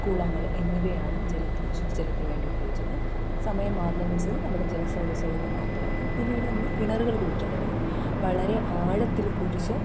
കുളങ്ങള് എന്നിവയെ ആണ് ജലത്തി ശുദ്ധജലത്തിനു വേണ്ടി ഉപയോഗിച്ചത് സമയം മാറുന്നതിനനുസരിച്ച് നമ്മുടെ ജലസ്രോതസ്സുകളില് മാറ്റം വന്നു പിന്നീട് നമ്മൾ കിണറുകൾ കുഴിക്കാന് തുടങ്ങി വളരെ ആഴത്തില് കുഴിച്ച്